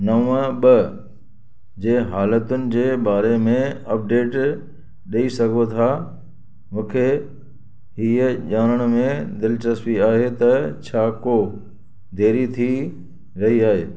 नवं ॿ जे हालतुनि जे बारे में अपडेट ॾई सघो था मूंखे हीअ ॼाणण में दिलचस्पी आहे त छा को देरी थी रही आहे